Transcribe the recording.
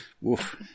Woof